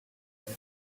that